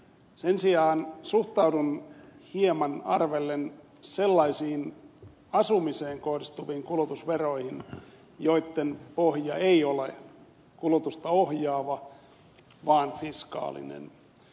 sen sijaan suhtaudun hieman arvellen sellaisiin asumiseen kohdistuviin kulutusveroihin joitten pohja ei ole kulutusta ohjaava vaan fiskaalinen